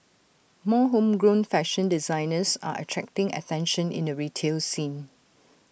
more homegrown fashion designers are attracting attention in the retail scene